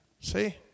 See